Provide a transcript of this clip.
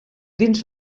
dins